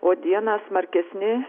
o dieną smarkesni